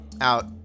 out